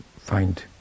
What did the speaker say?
find